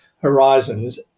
horizons